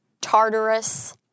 Tartarus